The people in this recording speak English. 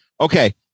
Okay